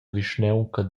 vischnaunca